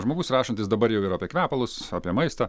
žmogus rašantis dabar jau yra apie kvepalus apie maistą